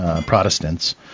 Protestants